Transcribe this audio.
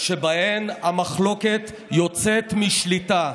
שבהן המחלוקת יוצאת משליטה,